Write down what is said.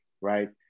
right